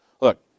Look